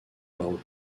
barreau